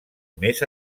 més